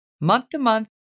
Month-to-month